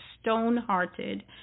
stone-hearted